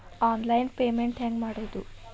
Online payment ಹೆಂಗ್ ಮಾಡೋದು?